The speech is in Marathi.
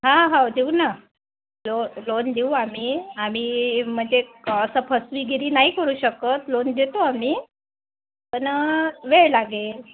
हा हो देऊ ना लो लोन देऊ आम्ही आम्ही म्हणजे असं फसवेगिरी नाही करू शकत लोन देतो आम्ही पण वेळ लागेल